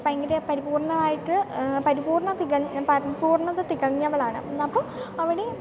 ഭയങ്കര പരിപൂർണ്ണമായിട്ട് പരിപൂർണ്ണത തികഞ്ഞ പരിപൂർണ്ണത തികഞ്ഞവളാണ് അപ്പം അവർ